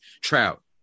trout